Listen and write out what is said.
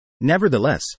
Nevertheless